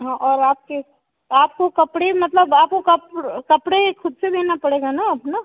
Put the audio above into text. हाँ और आपके आपको कपड़े मतलब आपको कप कपड़े ख़ुद से लेना पड़ेगा ना अपना